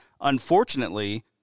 unfortunately